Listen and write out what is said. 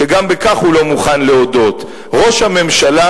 שגם בכך הוא לא מוכן להודות: ראש הממשלה